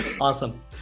Awesome